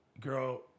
Girl